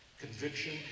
Conviction